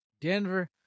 Denver